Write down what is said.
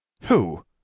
Who